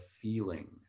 feeling